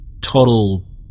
total